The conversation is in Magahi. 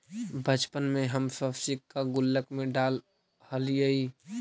बचपन में हम सब सिक्का गुल्लक में डालऽ हलीअइ